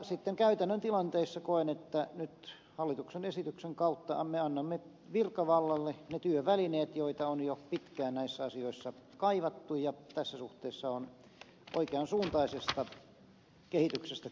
sitten käytännön tilanteissa koen että nyt hallituksen esityksen kautta me annamme virkavallalle ne työvälineet joita on jo pitkään näissä asioissa kaivattu ja tässä suhteessa on oikean suuntaisesta kehityksestä